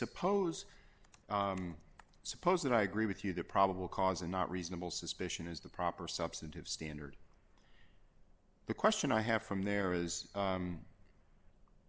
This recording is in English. suppose suppose that i agree with you the probable cause and not reasonable suspicion is the proper substantive standard the question i have from there is